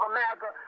America